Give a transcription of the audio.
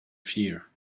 fear